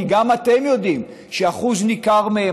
כי גם אתם יודעים שאחוז ניכר מהם,